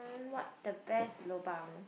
what's the best lobang